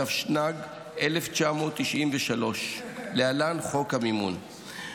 התשנ"ג 1993. אם כן,